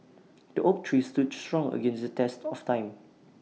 the oak tree stood strong against the test of time